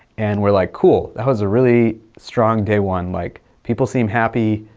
and we're like, cool, that was a really strong day one, like, people seem happy.